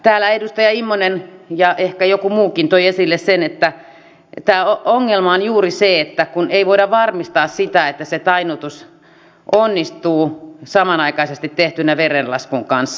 täällä edustaja immonen ja ehkä joku muukin toi esille sen että ongelma on juuri se kun ei voida varmistaa sitä että se tainnutus onnistuu samanaikaisesti tehtynä verenlaskun kanssa